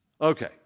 Okay